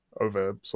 over